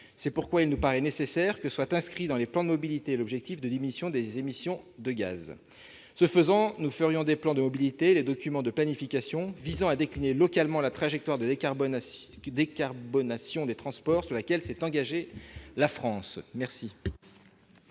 C'est pourquoi il nous semble nécessaire que soit inscrit dans les plans de mobilité l'objectif de diminution des émissions de gaz. Ce faisant, nous ferions des plans de mobilité des documents de planification déclinant localement la trajectoire de décarbonation des transports dans laquelle s'est engagée la France. Quel